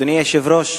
אדוני היושב-ראש,